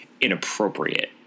inappropriate